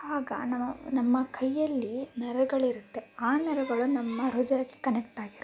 ಆಗ ನಮ್ಮ ನಮ್ಮ ಕೈಯಲ್ಲಿ ನರಗಳಿರುತ್ತೆ ಆ ನರಗಳು ನಮ್ಮ ಹೃದಯಕ್ಕೆ ಕನೆಕ್ಟ್ ಆಗಿರುತ್ತೆ